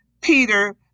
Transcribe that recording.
Peter